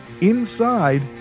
inside